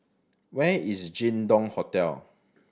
where is Jin Dong Hotel